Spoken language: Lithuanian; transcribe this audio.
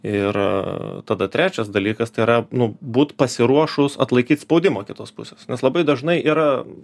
ir tada trečias dalykas tai yra būt pasiruošus atlaikyt spaudimą kitos pusės nes labai dažnai yra